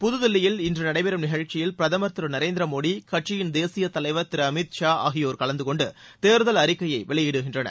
புதுதில்லியில் இன்று நடைபெறும் நிகழ்ச்சியில் பிரதமர் திரு நரேந்திர மோடி கட்சியின் தேசிய தலைவர் திரு அமீத் ஷா அகியோர் கலந்தகொண்டு தேர்தல் அறிக்கையை வெளியிடுகின்றனர்